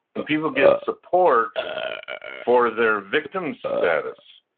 and people get support for their victim status,